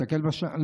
נסתכל בשעון,